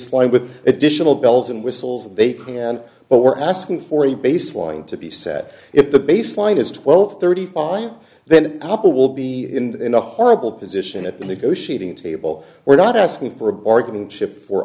baseline with additional bells and whistles and they can but we're asking for a baseline to be set if the baseline is twelve thirty five then apple will be in a horrible position at the negotiating table we're not asking for a bargaining chip for